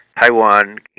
Taiwan